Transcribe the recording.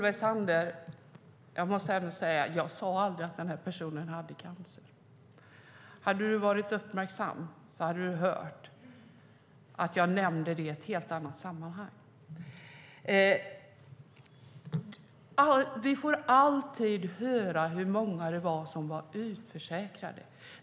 Herr talman! Jag sade aldrig att den här personen hade cancer, Solveig Zander. Hade du varit uppmärksam hade du hört att jag nämnde det i ett helt annat sammanhang. Vi får alltid höra hur många det var som var utförsäkrade.